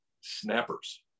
snappers